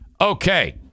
Okay